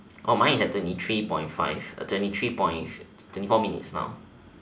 oh mine is at twenty three point five twenty three point twenty four minutes now